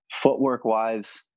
Footwork-wise